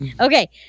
Okay